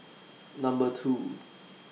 Number two